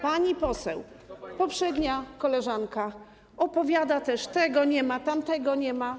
Pani poseł, poprzednia koleżanka opowiada też, że tego nie ma, tamtego nie ma.